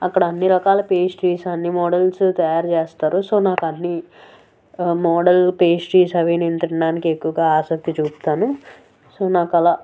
అక్కడ అన్ని రకాల పేస్ట్రీస్ అన్ని మోడల్స్ తయారు చేస్తారు సో నాకు అన్ని మోడల్ పేస్ట్రీస్ అవి తినడానికి ఎక్కువగా ఆసక్తి చూపుతాను నాకు అలా